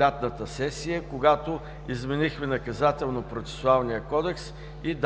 лятната сесия, когато изменихме Наказателнопроцесуалния кодекс и